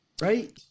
Right